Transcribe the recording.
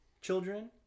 children